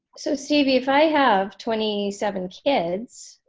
so stevie if i have twenty seven kids,